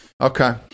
Okay